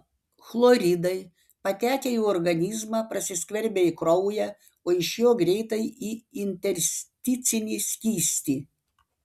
chloridai patekę į organizmą prasiskverbia į kraują o iš jo greitai į intersticinį skystį